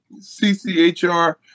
CCHR